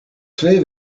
twee